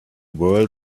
world